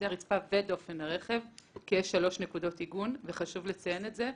הרצפה ודופן הרכב כי יש שלוש נקודות עיגון וחשוב לציין את זה.